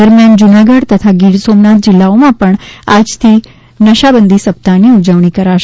દરમિયાન જૂનાગઢ તથા ગીર સોમનાથ જિલ્લાઓમાં આજથી નશાબંધી સપ્તાહની ઉજવણી કરાશે